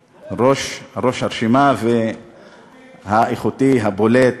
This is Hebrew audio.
האיכותיים, ראש הרשימה, והאיכותי הבולט.